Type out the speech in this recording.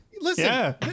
Listen